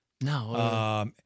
No